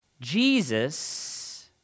Jesus